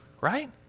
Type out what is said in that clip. right